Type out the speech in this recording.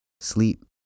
sleep